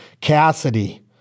cassidy